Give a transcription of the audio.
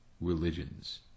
religions